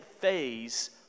phase